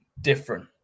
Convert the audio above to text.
different